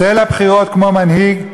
צא לבחירות כמו מנהיג,